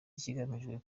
ikigamijwe